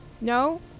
no